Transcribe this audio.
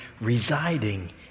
residing